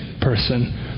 person